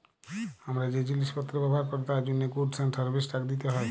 হামরা যে জিলিস পত্র ব্যবহার ক্যরি তার জন্হে গুডস এন্ড সার্ভিস ট্যাক্স দিতে হ্যয়